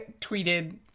tweeted